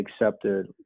accepted